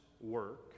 work